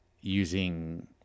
using